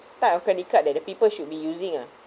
type of credit card that the people should be using ah